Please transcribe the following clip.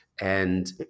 and-